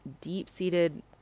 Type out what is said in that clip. deep-seated